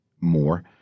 more